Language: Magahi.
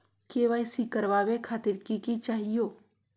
के.वाई.सी करवावे खातीर कि कि चाहियो?